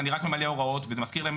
'אני רק ממלא הוראות' וזה מזכיר להם